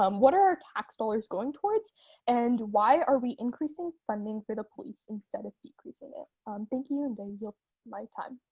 um what are our tax dollars going towards and why are we increasing funding for the police instead of decreasing it? um thank you, and i yield my time.